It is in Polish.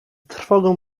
trwogą